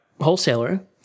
wholesaler